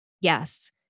Yes